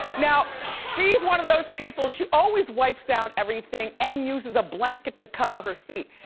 now, she's one of those people, she always wipes down everything and uses a blanket to cover her seat.